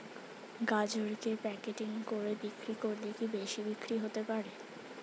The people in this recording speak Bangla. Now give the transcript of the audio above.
গাজরকে প্যাকেটিং করে বিক্রি করলে কি বেশি বিক্রি হতে পারে?